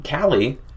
Callie